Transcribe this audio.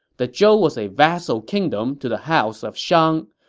the zhou was a vassal kingdom to the house of shang.